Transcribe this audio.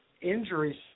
injuries